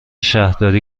شهرداری